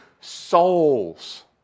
souls